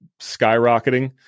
skyrocketing